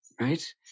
right